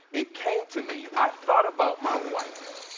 it came to me, i thought about my wife,